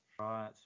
Right